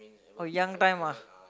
oh young time ah